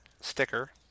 sticker